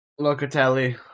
Locatelli